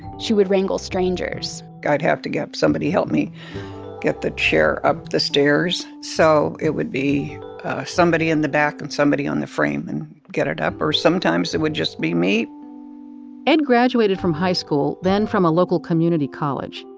she would wrangle strangers i'd have to get somebody help me get the chair up the stairs. so it would be somebody in the back, and somebody on the frame, and get it up, or sometimes it would just be me ed graduated from high school, then from a local community college.